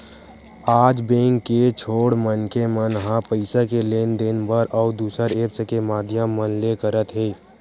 आज बेंक के छोड़ मनखे मन ह पइसा के लेन देन बर अउ दुसर ऐप्स के माधियम मन ले करत हे